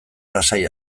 lasai